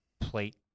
plate